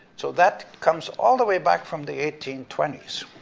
so that comes all the way back from the eighteen twenty s.